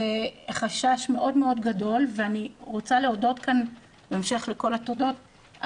זה חשש מאוד מאוד גדול ואני רוצה להודות כאן בהמשך לכל התודות,